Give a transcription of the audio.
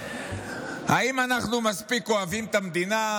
האם אנחנו מספיק אוהבים את המדינה?